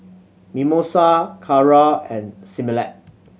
Mimosa Kara and Similac